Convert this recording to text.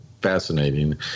fascinating